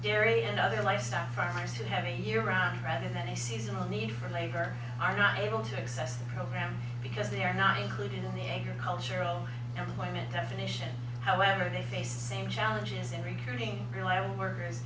dairy and other livestock farmers who have a year round rather than a seasonal need for labor are not able to access the program because they're not included in the agricultural employment definition however they face the same challenges in recruiting reliable workers